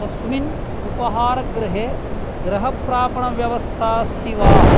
अस्मिन् उपहारगृहे ग्रहप्रापणव्यवस्थास्ति वा